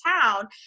town